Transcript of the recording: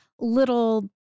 little